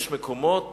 יש מקומות